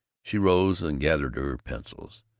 she rose and gathered her pencils.